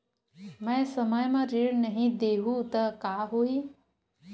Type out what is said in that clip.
मैं समय म ऋण नहीं देहु त का होही